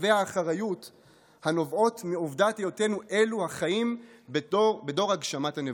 והאחריות הנובעות מכך שאנו חיים בדור הגשמת הנבואות.